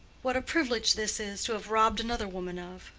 what a privilege this is, to have robbed another woman of!